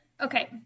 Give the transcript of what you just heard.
Okay